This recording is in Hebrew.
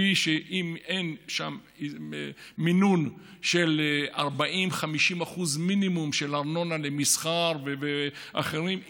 אם אין שם מינון של 40% 50% מינימום של ארנונה ממסחר ואחרים,